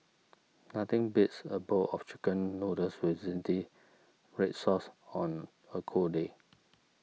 nothing beats a bowl of Chicken Noodles with Zingy Red Sauce on a cold day